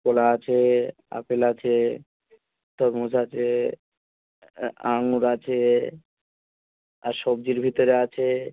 কলা আছে আপেল আছে তরমুজ আছে আঙ্গুর আছে আর সবজির ভিতরে আছে